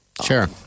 sure